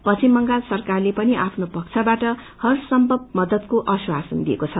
पश्विम बंगाल सरकारले पनि आफ्नो पक्षाबाट हर सम्भव मददको आश्वासन दिएको छ